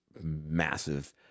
massive